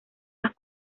las